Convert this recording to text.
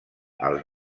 els